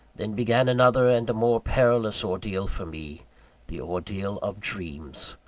then began another, and a more perilous ordeal for me the ordeal of dreams.